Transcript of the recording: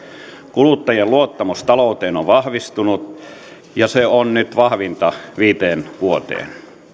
kuluttajien luottamus talouteen on vahvistunut ja se on nyt vahvinta viiteen vuoteen